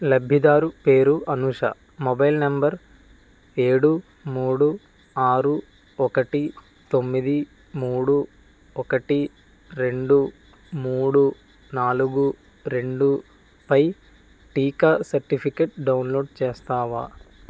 లబ్ధిదారు పేరు Anusha mobile number ఏడు మూడు ఆరు ఒకటి తొమ్మిది మూడు ఒకటి రెండు మూడు నాలుగు రెండుపై టీకా సర్టిఫికేట్ డౌన్లోడ్ చేస్తావా